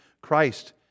Christ